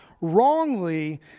wrongly